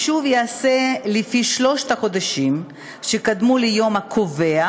החישוב ייעשה לפי שלושת החודשים שקדמו ליום הקובע,